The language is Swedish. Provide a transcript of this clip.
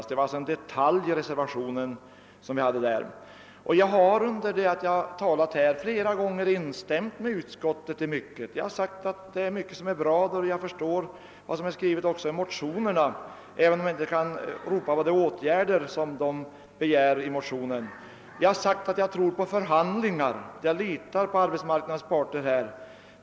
Men detta är bara en detalj ur reservationen. I mitt anförande har jag flera gånger instämt i mycket med utskottet. Jag har sagt att mycket är bra även av det som hegärts i motionen. Jag har sagt att jag tror på förhandlingar, att jag litar på arbetsmarknadens parter.